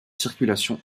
circulations